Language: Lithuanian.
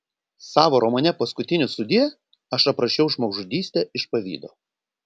savo romane paskutinis sudie aš aprašiau žmogžudystę iš pavydo